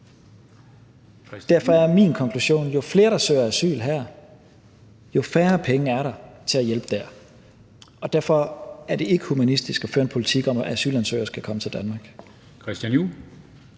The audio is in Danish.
Derfor er min konklusion, at jo flere, der søger asyl her, jo færre penge er der til at hjælpe der. Og derfor er det ikke humanistisk at føre en politik om, at asylansøgere skal komme til Danmark.